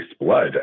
blood